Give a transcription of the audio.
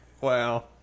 Wow